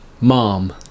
Mom